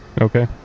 Okay